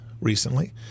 recently